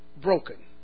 broken